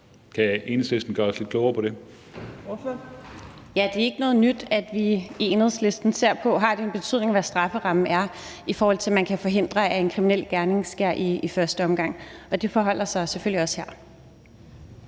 Kl. 18:38 Victoria Velasquez (EL): Det er ikke noget nyt, at vi i Enhedslisten ser på, om det har en betydning, hvad strafferammen er, i forhold til at man kan forhindre, at en kriminel gerning sker i første omgang, og sådan forholder det sig selvfølgelig også her.